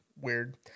weird